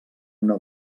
una